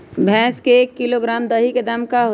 भैस के एक किलोग्राम दही के दाम का होई?